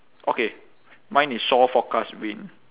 okay mine is shore forecast wind